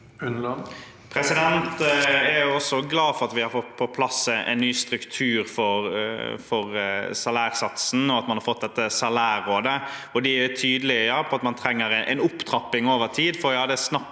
Jeg er også glad for at vi har fått på plass en ny struktur for salærsatsen, og at man har fått dette salærrådet. De er tydelige på at man trenger en opptrapping over tid, for ja, det er snakk